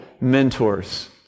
mentors